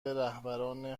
رهبران